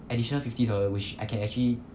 additional fifty dollar which I can actually